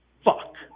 Fuck